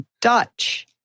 Dutch